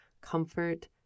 comfort